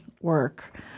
work